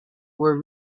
were